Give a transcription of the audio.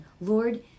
Lord